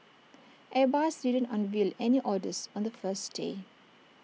airbus didn't unveil any orders on the first day